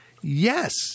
Yes